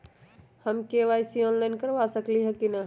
हम KYC online करवा सकली ह कि न?